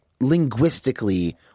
linguistically